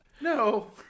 No